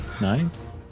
Nice